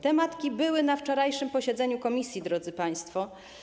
Te matki były na wczorajszym posiedzeniu komisji, drodzy państwo.